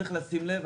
צריך לשים לב,